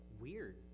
weird